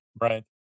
Right